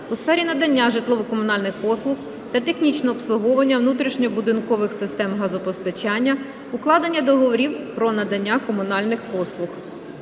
у сфері надання житлово-комунальних послуг та технічного обслуговування внутрішньобудинкових систем газопостачання, укладення договорів про надання комунальних послуг.